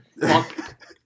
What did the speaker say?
Fuck